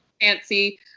fancy